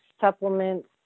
supplements